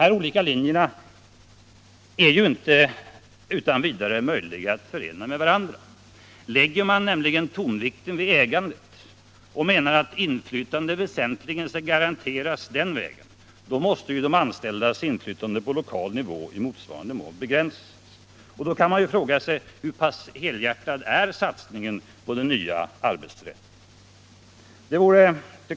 Dessa olika linjer är inte utan vidare möjliga att förena med varandra. Lägger man nämligen tonvikten vid ägandet och menar att inflytandet väsentligen skall garanteras den vägen, då måste ju de anställdas inflytande på lokal nivå i motsvarande mån begränsas. Och då kan man med fog fråga sig hur pass helhjärtad satsningen på den nya arbetsrätten kommer att bli.